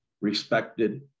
respected